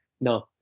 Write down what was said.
No